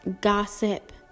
gossip